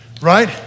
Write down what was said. right